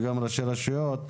וגם ראשי הרשויות.